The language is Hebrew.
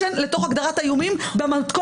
עם כל הכבוד לרצון שלנו להיאבק בפשיעה